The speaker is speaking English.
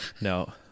No